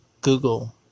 Google